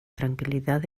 tranquilidad